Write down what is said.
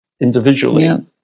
individually